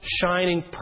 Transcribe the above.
shining